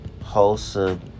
wholesome